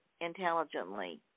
intelligently